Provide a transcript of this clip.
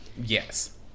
yes